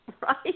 Right